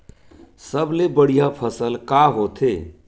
सबले बढ़िया फसल का होथे?